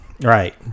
Right